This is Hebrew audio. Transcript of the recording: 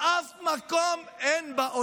באף מקום בעולם אין,